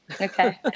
Okay